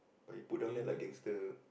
but he put down there like gangster